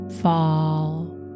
fall